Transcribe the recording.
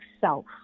self